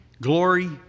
glory